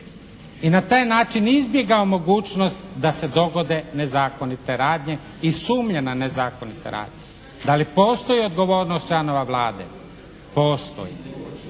i na taj je način izbjegao mogućnost da se dogode nezakonite radnje i sumnje na nezakonite radnje. Da li postoji odgovornost članova Vlade? Postoji.